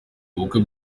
ubukwe